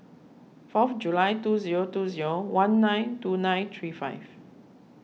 four of July two zero two zero one nine two nine three five